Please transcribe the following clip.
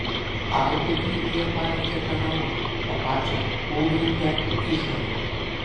alkupį jie pavertė kanalu o pačią kūlgrindą išarė